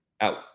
Out